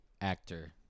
actor